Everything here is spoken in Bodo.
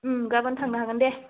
गाबोन थांनो हागोन दे